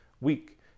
week